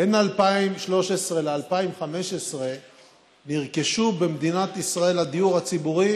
בין 2013 ל-2015 נרכשו במדינת ישראל לדיור הציבורי